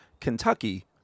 Kentucky